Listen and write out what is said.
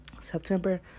September